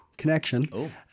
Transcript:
connection